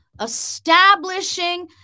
Establishing